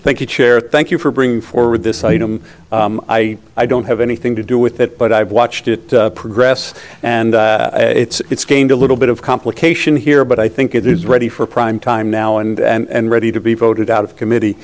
thank you chair thank you for bringing forward this item i i don't have anything to do with it but i've watched it progress and it's gained a little bit of complication here but i think it is ready for prime time now and ready to be voted out of committee